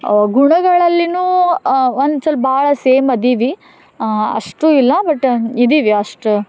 ಗುಣಗಳಲ್ಲಿಯೂ ಒಂದು ಸ್ವಲ್ಪ ಭಾಳ ಸೇಮ್ ಅದೀವಿ ಅಷ್ಟು ಇಲ್ಲ ಬಟ್ ಇದ್ದೀವಿ ಅಷ್ಟೆ